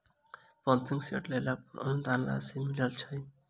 Pumping set लेला पर अनुदान राशि मिलय छैय?